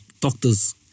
doctors